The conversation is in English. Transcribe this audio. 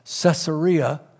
Caesarea